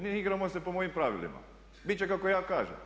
Ne igramo se po mojim pravilima, bit će kako ja kažem.